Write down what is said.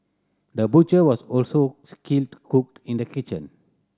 the butcher was also skilled cook in the kitchen